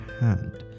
hand